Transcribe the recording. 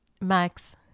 Max